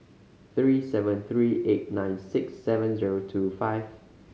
three seven three eight nine six seven zero two five